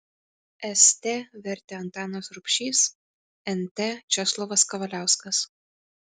st vertė antanas rubšys nt česlovas kavaliauskas